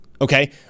okay